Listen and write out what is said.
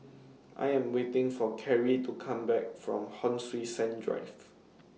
I Am waiting For Kerry to Come Back from Hon Sui Sen Drive